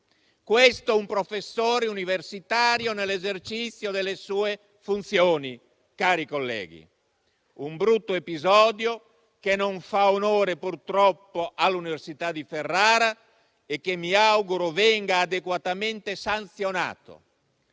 Questo è un professore universitario nell'esercizio delle sue funzioni. Cari colleghi, è un brutto episodio, che purtroppo non fa onore all'Università di Ferrara e che mi auguro venga adeguatamente sanzionato,